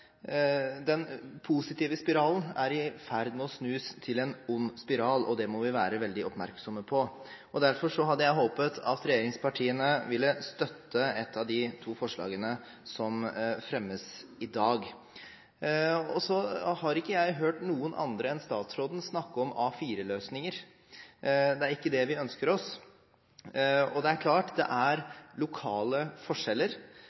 den positive spiralen er i ferd med å snus til en ond spiral, og det må vi være veldig oppmerksomme på. Derfor hadde jeg håpet at regjeringspartiene ville støtte ett av de to forslagene som fremmes i dag. Så har ikke jeg hørt noen andre enn statsråden snakke om A4-løsninger. Det er ikke det vi ønsker oss. Det er klart at det er lokale forskjeller.